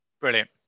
Brilliant